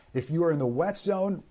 if you're in the west zone,